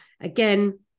Again